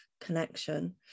connection